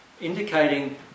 indicating